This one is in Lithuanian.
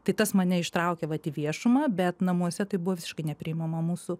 tai tas mane ištraukė vat į viešumą bet namuose tai buvo visiškai nepriimama mūsų